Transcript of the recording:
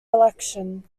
election